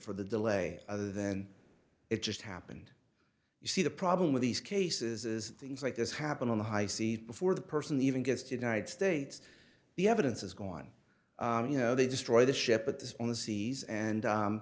for the delay other than it just happened you see the problem with these cases is things like this happen on the high seas before the person even gets to united states the evidence is gone you know they destroy the ship but on the seas and